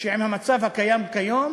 שעם המצב הקיים כיום